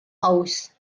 aus